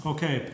Okay